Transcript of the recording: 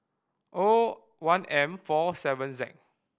O one M four seven Z